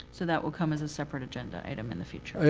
so that will come as a separate agenda item in the future?